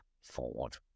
forward